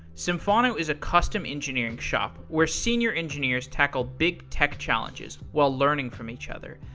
symphono is a custom engineering shop where senior engineers tackle big tech challenges while learning from each other.